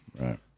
Right